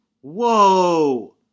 Whoa